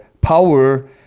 power